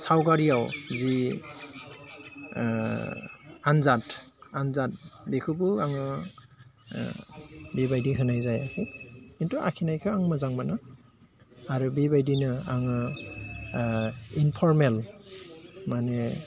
सावगारियाव जि आनजाद बेखौबो आङो बेबायदि होनाय जायाखै खिन्थु आखिनायखौ आं मोजां मोनो आरो बेबायदिनो आङो इन्फररमेल माने